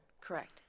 Correct